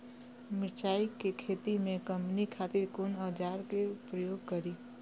मिरचाई के खेती में कमनी खातिर कुन औजार के प्रयोग करी?